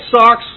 socks